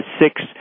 six